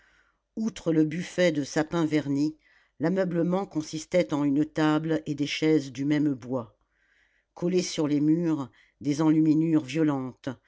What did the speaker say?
outre le buffet de sapin verni l'ameublement consistait en une table et des chaises du même bois collées sur les murs des enluminures violentes